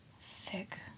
thick